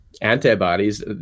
antibodies